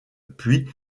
puits